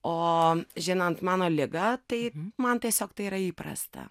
o žinant mano ligą tai man tiesiog tai yra įprasta